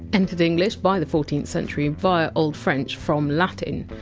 entered english by the fourteenth century via old french from latin,